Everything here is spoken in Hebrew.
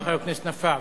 תודה לחבר הכנסת נפאע.